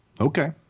Okay